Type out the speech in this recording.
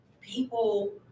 people